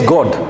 God